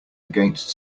against